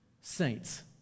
Saints